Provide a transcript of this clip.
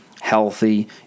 healthy